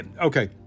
Okay